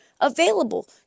Available